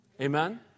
Amen